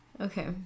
Okay